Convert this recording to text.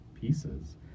pieces